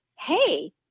hey